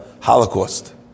Holocaust